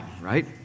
right